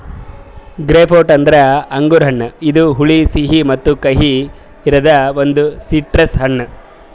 grapefruit ಅಂದುರ್ ಅಂಗುರ್ ಹಣ್ಣ ಇದು ಹುಳಿ, ಸಿಹಿ ಮತ್ತ ಕಹಿ ಇರದ್ ಒಂದು ಸಿಟ್ರಸ್ ಹಣ್ಣು